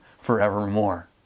forevermore